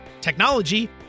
technology